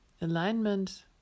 Alignment